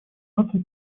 наций